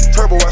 Turbo